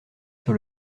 sur